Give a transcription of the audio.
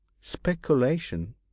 speculation